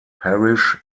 parish